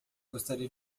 gostaria